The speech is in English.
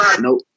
Nope